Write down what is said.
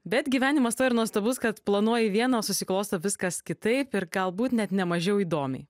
bet gyvenimas tuo ir nuostabus kad planuoji vieną o susiklosto viskas kitaip ir galbūt net nemažiau įdomiai